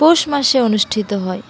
পৌষ মাসে অনুষ্ঠিত হয়